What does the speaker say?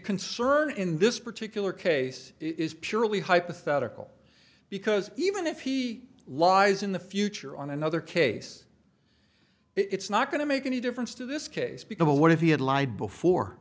concern in this particular case is purely hypothetical because even if he lies in the future on another case it's not going to make any difference to this case become a what if he had lied before